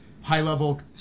high-level